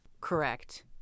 Correct